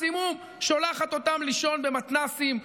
מקסימום שולחת אותם לישון במתנ"סים,